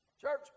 church